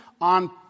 on